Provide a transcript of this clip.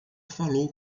falou